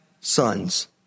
sons